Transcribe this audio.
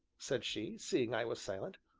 said she, seeing i was silent,